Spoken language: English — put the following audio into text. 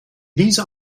these